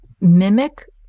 mimic